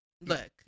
Look